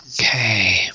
Okay